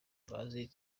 bazi